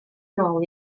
nôl